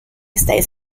stays